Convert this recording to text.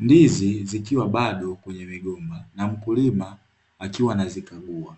Ndizi zikiwa bado kwenye migomba na mkulima akiwa anazikagua.